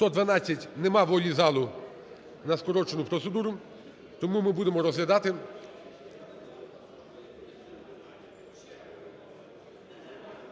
Немає волі залу за скорочену процедуру. Тому ми будемо розглядати…